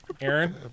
Aaron